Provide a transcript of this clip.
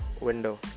window